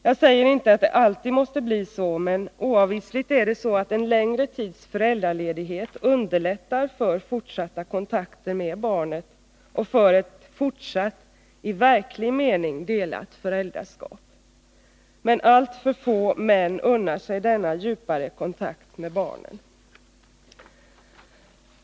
Jag säger inte att det alltid måste bli så, men oundgängligen underlättar en längre tids föräldraledighet fortsatta kontakter med barnen och ett, i verklig mening, delat föräldraskap. Men alltför få män unnar sig denna djupare kontakt med barnen.